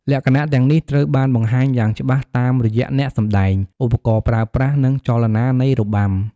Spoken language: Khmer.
លក្ខណៈទាំងនេះត្រូវបានបង្ហាញយ៉ាងច្បាស់តាមរយៈអ្នកសម្តែង ឧបករណ៍ប្រើប្រាស់ និងចលនានៃរបាំ។